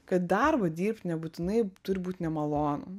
kad darbą dirbt nebūtinai turi būt nemalonu